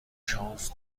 شانس